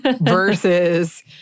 versus